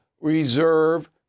reserve